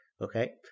okay